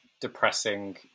depressing